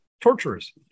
Torturous